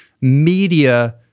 media